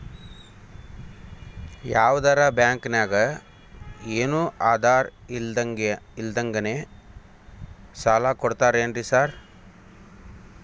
ಯಾವದರಾ ಬ್ಯಾಂಕ್ ನಾಗ ಏನು ಆಧಾರ್ ಇಲ್ದಂಗನೆ ಸಾಲ ಕೊಡ್ತಾರೆನ್ರಿ ಸಾರ್?